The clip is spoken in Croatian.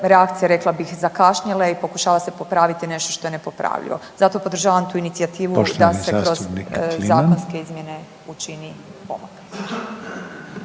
reakcije zakašnjele i pokušava se popraviti nešto što je nepopravljivo. Zato podržavam tu inicijativu da se kroz zakonske izmjene učini pomak.